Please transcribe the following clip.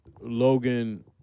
Logan